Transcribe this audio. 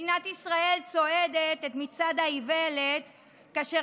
מדינת ישראל צועדת את מצעד האיוולת כאשר